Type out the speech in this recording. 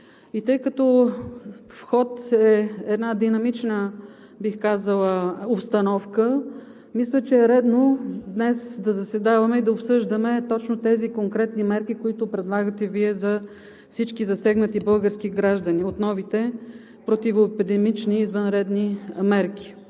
и тъй като в ход е една динамична, бих казала, обстановка, мисля, че е редно днес да заседаваме и да обсъждаме точно тези конкретни мерки, които предлагате Вие за всички засегнати български граждани от новите противоепидемични извънредни мерки.